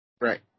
Right